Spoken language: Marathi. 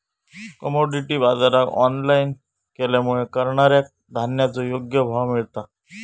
कमोडीटी बाजराक ऑनलाईन केल्यामुळे करणाऱ्याक धान्याचो योग्य भाव मिळता